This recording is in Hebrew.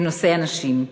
בנושא הנשים.